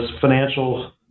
financial